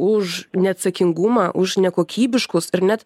už neatsakingumą už nekokybiškus ir net